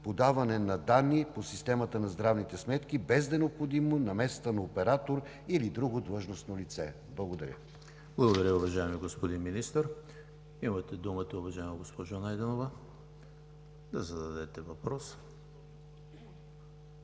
подаване на данни по системата на здравните сметки, без да е необходима намесата на оператор или друго длъжностно лице. Благодаря. ПРЕДСЕДАТЕЛ ЕМИЛ ХРИСТОВ: Благодаря Ви, уважаеми господин Министър. Имате думата, уважаема госпожо Найденова, да зададете въпрос.